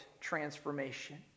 transformation